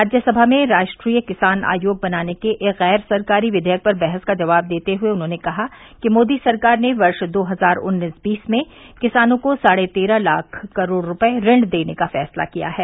राज्यसभा में राष्ट्रीय किसान आयोग बनाने के एक गैर सरकारी विषेयक पर बहस का जवाब देते हुए उन्होंने कहा कि मोदी सरकार ने वर्ष दो हजार उन्नीस बीस में किसानों को साढ़े तेरह लाख करोड़ रुपये ऋण देने का फैसला किया है